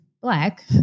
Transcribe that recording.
black